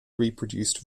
reproduced